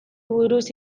buruz